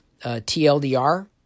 TLDR –